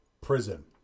prison